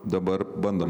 dabar bandom